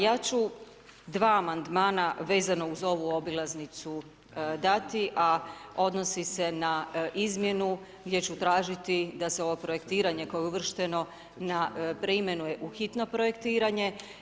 Ja ću dva amandmana vezano uz ovu obilaznicu dati, a odnosi se na izmjenu gdje ću tražiti da se ovo projektiranje koje je uvršteno preimenuje u hitno projektiranje.